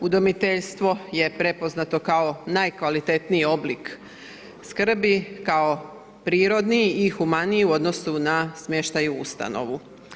Udomiteljstvo je prepoznato kao najkvalitetniji oblik skrbi kao prirodni i humaniji u odnosu na smještaj u ustanovu.